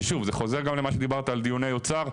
ששוב זה חוזר גם למה שדיברת על דיוני אוצר,